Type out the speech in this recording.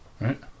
Right